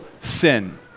sin